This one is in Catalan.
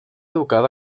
educada